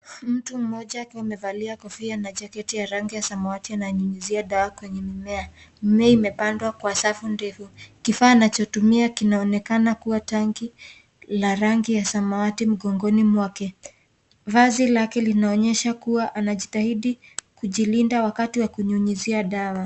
Mtu moja amevalia kofia na jaketi ya rangi ya samawati ananyunyizia dawa kwenye mimea, mimea imepandwa kwa safu ndefu kifaa anachotumia kinaonekana kuwa tanki la rangi ya samawati mgongoni mwake vazi lake linaonyesha kuwa anajitahidi kujilinda wakati wa kunyunyizia dawa.